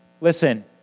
listen